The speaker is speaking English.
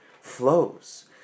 flows